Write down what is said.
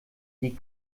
die